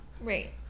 Right